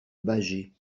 bâgé